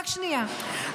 רק שנייה,